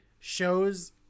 Shows